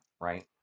right